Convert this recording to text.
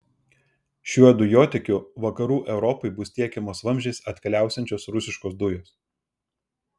šiuo dujotiekiu vakarų europai bus tiekiamos vamzdžiais atkeliausiančios rusiškos dujos